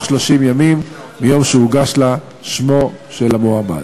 30 ימים מיום שהוגש לה שמו של המועמד.